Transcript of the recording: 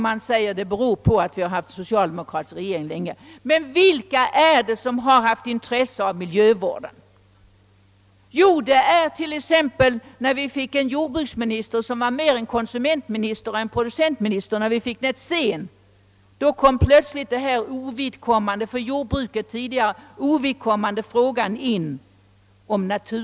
Men vilka är det då som faktiskt haft intresse av miljövård? När vi fick en jordbruksminister som mera var en konsumenternas minister än en producenternas — Gösta Netzén — då kom plötsligt naturvården in i bilden som tidigare varit ovidkommande för jordbruksdepartementet.